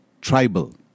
tribal